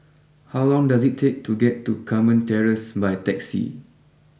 how long does it take to get to Carmen Terrace by taxi